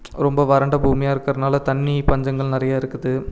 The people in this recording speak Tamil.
ரொம்ப வறண்ட பூமியாக இருக்கிறனால தண்ணி பஞ்சங்கள் நிறைய இருக்குது